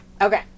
Okay